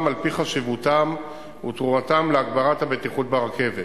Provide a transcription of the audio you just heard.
על-פי חשיבותם ותרומתם להגברת הבטיחות ברכבת.